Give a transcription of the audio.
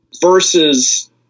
versus